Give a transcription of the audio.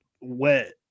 wet